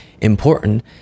important